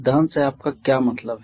दहन से आपका क्या मतलब है